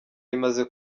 imaze